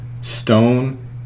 stone